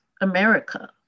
America